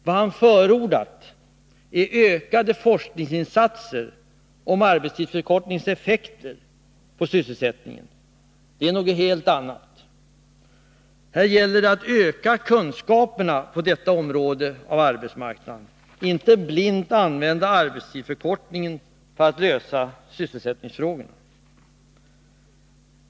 Vad han har förordat är ökade forskningsinsatser om arbetstidsförkortningens effekter på sysselsättningen. Det är något helt annat. Här gäller det att öka kunskaperna på detta område av arbetsmarknaden, inte att blint använda arbetsförkortningen för att lösa sysselsättningsfrågorna.